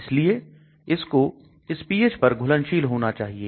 इसलिए इसको इस पीएच पर घुलनशील होना चाहिए